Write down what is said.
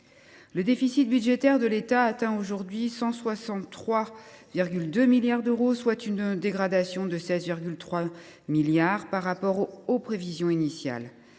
Le déficit budgétaire de l’État atteint aujourd’hui 163,2 milliards d’euros, soit une dégradation de 16,3 milliards d’euros par rapport aux prévisions initiales.